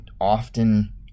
often